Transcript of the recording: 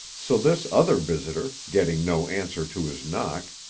so this other visitor, getting no answer to his knock,